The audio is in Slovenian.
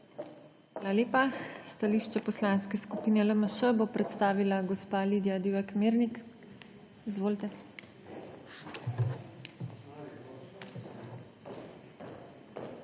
Hvala lepa. Stališče Poslanske skupine LMŠ bo predstavila gospa Lidija Divjak Mirnik. Izvolite.